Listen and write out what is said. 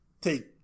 take